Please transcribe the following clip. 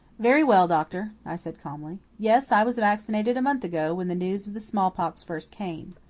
very well, doctor, i said calmly. yes, i was vaccinated a month ago, when the news of the smallpox first came.